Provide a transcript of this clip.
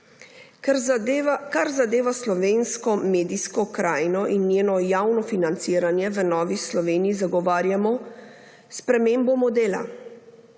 Kar zadeva slovensko medijsko krajino in njeno javno financiranje v Novi Sloveniji zagovarjamo spremembo modela.